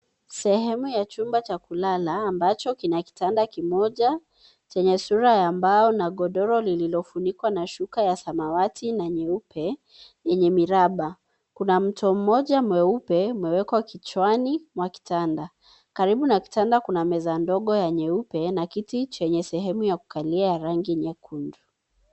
Sehemu ya chumba cha kulala ambacho kina kitanda kimoja chenye sura ya mbao na godoro lililofunikwa na shuka ya samawati na nyeupe yenye miraba. Kuna mto mmoja mweupe umewekwa kichwani mwa kitanda. Karibu na kitanda kuna meza ndogo ya nyeupe na kiti chenye sehemu ya kukalia ya rangi nyekundu.